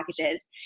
packages